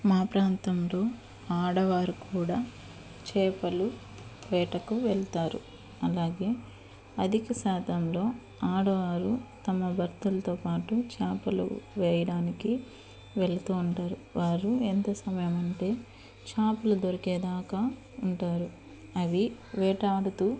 మా ప్రాంతంలో ఆడవారు కూడా చేపలు వేటకు వెళ్తారు అలాగే అధిక శాతంలో ఆడవారు తమ భర్తలతో పాటు చేపలు వేయడానికి వెళుతు ఉంటారు వారు ఎంత సమయం అంటే చేపలు దొరికేదాకా ఉంటారు అవి వేటాడుతు